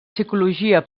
psicologia